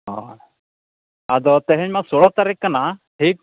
ᱚ ᱟᱫᱚ ᱛᱮᱦᱮᱧᱢᱟ ᱥᱚᱞᱳ ᱛᱟᱹᱨᱤᱠᱷ ᱠᱟᱱᱟ ᱴᱷᱤᱠ